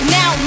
Now